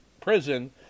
prison